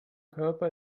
körper